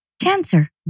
Cancer